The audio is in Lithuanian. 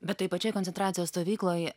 bet toj pačioj koncentracijos stovykloj